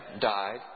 died